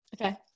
okay